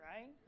right